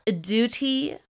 duty